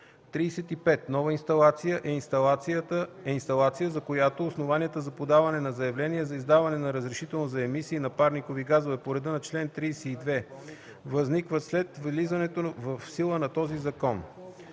35. „Нова инсталация” е инсталация, за която основанията за подаване на заявление за издаване на разрешително за емисии на парникови газове по реда на чл. 32 възникват след влизането в сила на този закон.